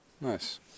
nice